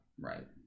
Right